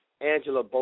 Angela